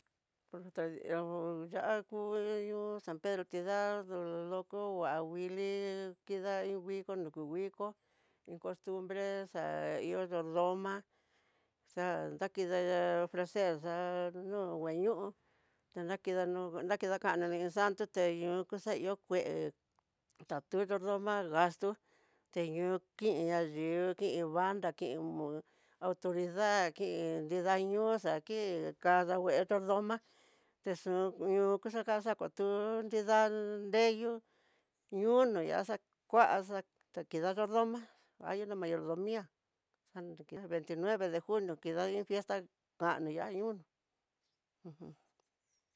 Por si ta hó ya'á kuñoo san pedro tidaá nroko nguá, nguili kida iin nguiko, nruku nguiko iin cost bre xa ihó yordoma xanakinde ofrecer xa'á, longua ñoo. nakinanó, nakidakana nini santo teyuú kuxa ihó, kue tatu yordoma, gasto teñoo kiin nayu kin banda, kin autoridad, ki nrida ñoxa kin kadangue yordoma, texu ión kuxaka xakutu nrida nreyu, ihó no yaxa kuaxa kii yadordoma hay una, mayordomia xa el veinti nueve de junio kida iin fiesta kani ya uno uj.